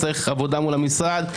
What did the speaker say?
צריך עבודה מול המשרד,